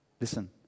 Listen